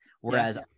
Whereas